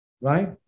right